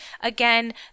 again